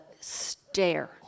stare